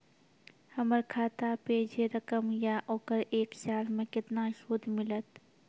हमर खाता पे जे रकम या ओकर एक साल मे केतना सूद मिलत?